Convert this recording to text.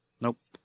Nope